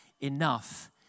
enough